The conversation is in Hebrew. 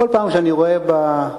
כל פעם שאני רואה בעיתון,